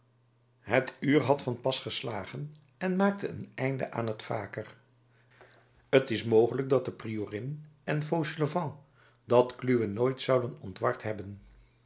het uur had van pas geslagen en maakte een einde aan het vaker t is mogelijk dat de priorin en fauchelevent dat kluwen nooit zouden ontward hebben